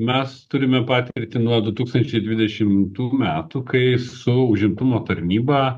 mes turime patirtį nuo du tūkstančiai dvidešimtų metų kai su užimtumo tarnyba